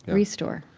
restore,